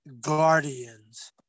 Guardians